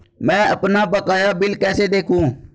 मैं अपना बकाया बिल कैसे देखूं?